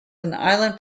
island